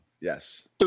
Yes